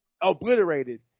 obliterated